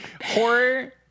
horror